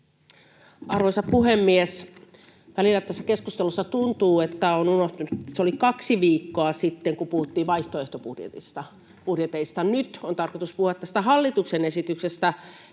Arvoisa puhemies! Välillä tässä keskustelussa tuntuu, että on unohtunut, että se oli kaksi viikkoa sitten, kun puhuttiin vaihtoehtobudjeteista. Nyt on tarkoitus puhua tästä hallituksen esityksestä,